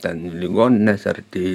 ten ligoninės ar tai